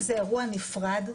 מחבלים זה אירוע נפרד,